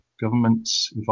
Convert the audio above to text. governments